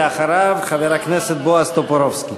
ואחריו, חבר הכנסת בועז טופורובסקי.